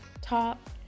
top